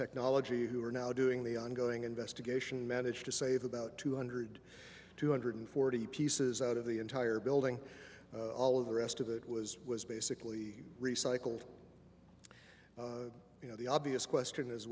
technology who are now doing the ongoing investigation managed to save about two hundred two hundred forty pieces out of the entire building all of the rest of it was was basically recycled you know the obvious question is